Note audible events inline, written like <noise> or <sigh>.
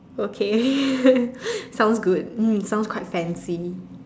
okay <laughs> sounds good mm sounds quite fancy